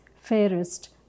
fairest